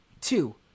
Two